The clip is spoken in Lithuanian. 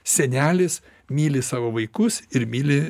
senelis myli savo vaikus ir myli